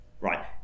right